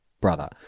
brother